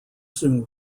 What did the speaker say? soon